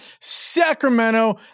Sacramento